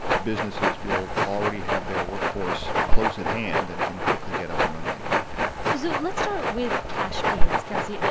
businesses will already have their workforce close at hand and can quickly get up and running again so let's start with cash payments, kelsey. ah